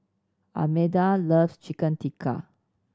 Almeda loves Chicken Tikka